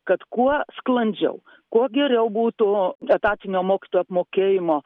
kad kuo sklandžiau kuo geriau būtų etatinio mokytojų apmokėjimo